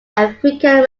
african